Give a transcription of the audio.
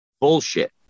bullshit